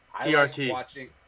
TRT